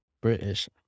British